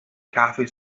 cafe